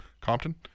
Compton